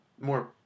more